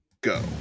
go